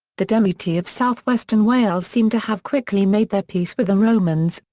the demetae of southwestern wales seem to have quickly made their peace with the romans,